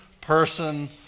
person